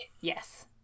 Yes